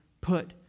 put